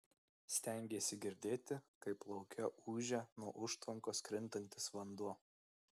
stengėsi girdėti kaip lauke ūžia nuo užtvankos krintantis vanduo